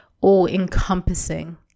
all-encompassing